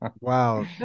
Wow